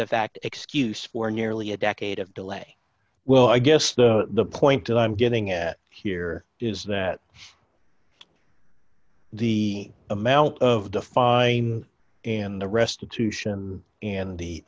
the fact excuse for nearly a decade of delay well i guess the point i'm getting at here is that the amount of the fine in the restitution and the